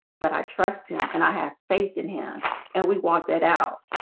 but i trust him and i have faith in him and we walk that out